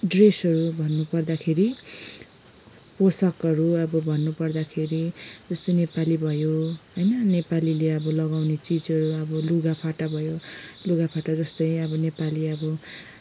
ड्रेसहरू भन्नु पर्दाखेरि पोसाकहरू अब भन्नुपर्दाखेरि जस्तै नेपाली भयो होइन नेपालीले अब लगाउँने चिजहरू अब लुगा फाटा भयो लुगा फाटा जस्तै अब नेपाली अब